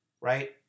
Right